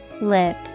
Lip